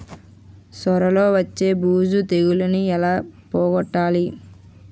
సొర లో వచ్చే బూజు తెగులని ఏల పోగొట్టాలి?